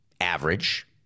average